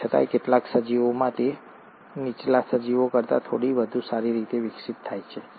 તેમ છતાં કેટલાક સજીવોમાં તે નીચલા સજીવો કરતાં થોડી વધુ સારી રીતે વિકસિત છે